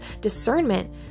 Discernment